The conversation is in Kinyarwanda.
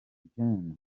gen